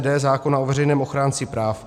d) zákona o veřejném ochránci práv.